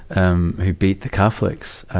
um, who beat the catholics.